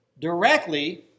directly